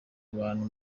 abantu